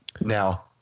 Now